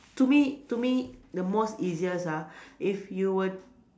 to me to me the most easiest ah if you were